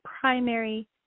primary